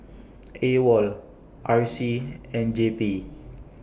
AWOL R C and J P